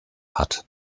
hat